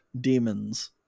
demons